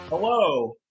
Hello